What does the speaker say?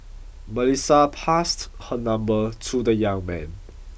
Melissa passed her number to the young man